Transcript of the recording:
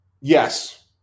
yes